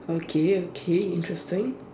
okay okay interesting